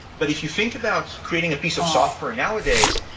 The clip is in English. but if you think about creating a piece of software nowadays,